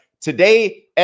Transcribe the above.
today